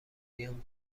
بیام